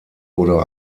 oder